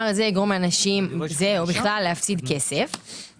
הזה יגרום לאנשים זה או בכלל להפסיד כסף,